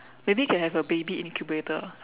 maybe can have a baby incubator